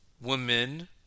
Women